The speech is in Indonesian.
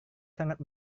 sangat